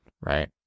right